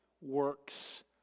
works